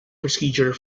procedure